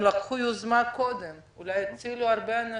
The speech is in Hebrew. -- הם לקחו יוזמה קודם ואולי הצילו הרבה אנשים.